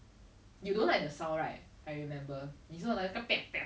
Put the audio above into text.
ha ha do you know how much she gets